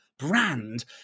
brand